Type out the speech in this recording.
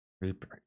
Rupert